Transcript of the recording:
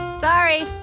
Sorry